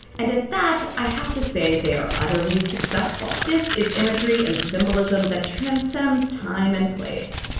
and at that i have to say they are utterly successful. this is imagery and symbolism that transcends time and place.